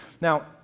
Now